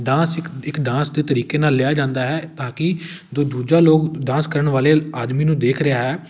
dance ਇੱਕ ਇੱਕ dance ਦੇ ਤਰੀਕੇ ਨਾਲ਼ ਲਿਆ ਜਾਂਦਾ ਹੈ ਤਾਂ ਕਿ ਜੋ ਦੂਜਾ ਲੋਕ ਡਾਂਸ ਕਰਨ ਵਾਲੇ ਆਦਮੀ ਨੂੰ ਦੇਖ ਰਿਹਾ ਹੈ